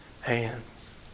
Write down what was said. hands